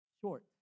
short